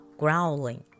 growling